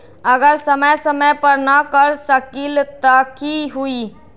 अगर समय समय पर न कर सकील त कि हुई?